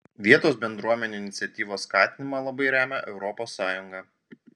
vietos bendruomenių iniciatyvos skatinimą labai remia europos sąjunga